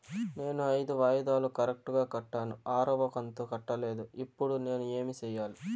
నేను ఐదు వాయిదాలు కరెక్టు గా కట్టాను, ఆరవ కంతు కట్టలేదు, ఇప్పుడు నేను ఏమి సెయ్యాలి?